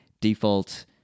default